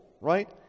right